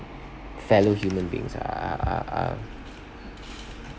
fellow human beings are are are